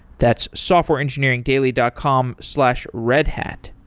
that's softwareengineeringdaily dot com slash redhat.